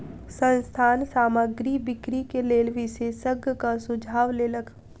संस्थान सामग्री बिक्री के लेल विशेषज्ञक सुझाव लेलक